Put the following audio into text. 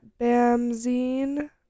bamzine